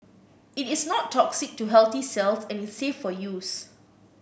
it is not toxic to healthy cells and is safe for use